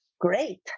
great